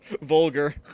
Vulgar